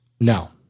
No